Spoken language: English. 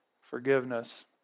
forgiveness